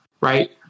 Right